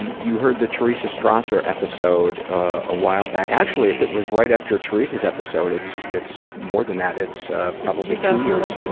and you heard the teresa strasser episode a while back. actually, if it was right after teresa's episode, it's it's more than that. it's probably two years. and